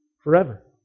forever